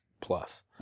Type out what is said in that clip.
plus